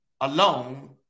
alone